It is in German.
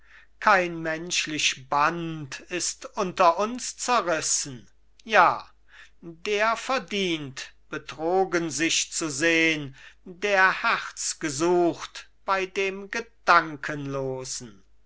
kein menschlich band ist unter uns zerrissen ja der verdient betrogen sich zu sehn der herz gesucht bei dem gedankenlosen